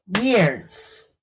years